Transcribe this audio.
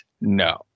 No